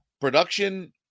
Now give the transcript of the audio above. Production